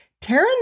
Taryn